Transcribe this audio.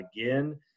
again